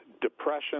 depression